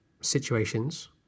situations